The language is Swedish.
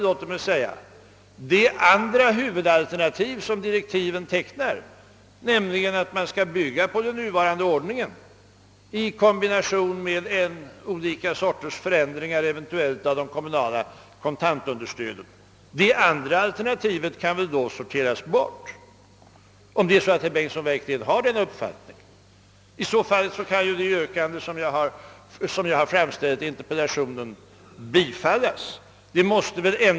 Då kan ju det andra huvudalternativ som direktiven tecknar, nämligen att man skall bygga på den nuvarande ordningen i kombination med olika förändringar av det kommunala kontantunderstödet, helt enkelt sorteras bort. I så fall kan de yrkanden som jag har framställt i interpellationen bifallas.